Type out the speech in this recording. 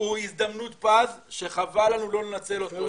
הוא הזדמנות פז שחבל לנו לא לנצל אותו,